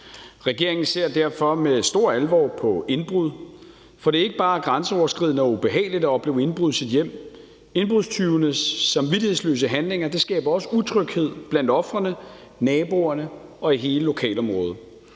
Regeringen ser derfor med stor alvor på indbrud, for det er ikke bare grænseoverskridende og ubehageligt at opleve indbrud i sit hjem, indbrudstyvenes samvittighedsløse handlinger skaber også utryghed blandt ofrene, naboerne og i hele lokalområdet.